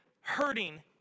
hurting